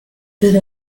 desde